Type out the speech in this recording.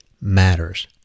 matters